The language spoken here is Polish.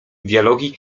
dialogi